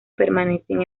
permanecen